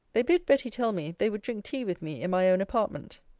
they bid betty tell me, they would drink tea with me in my own apartment.